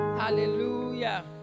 Hallelujah